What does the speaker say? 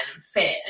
fit